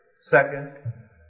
Second